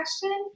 question